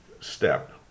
step